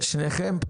לא